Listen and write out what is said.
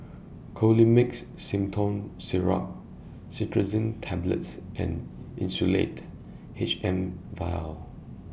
Colimix Simethicone Syrup Cetirizine Tablets and Insulatard H M Vial